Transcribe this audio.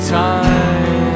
time